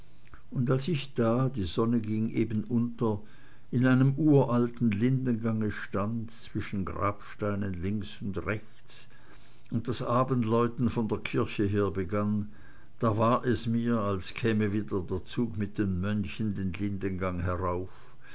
und als ich da die sonne ging eben unter in einem uralten lindengange stand zwischen grabsteinen links und rechts und das abendläuten von der kirche her begann da war es mir als käme wieder der zug mit den mönchen den lindengang herauf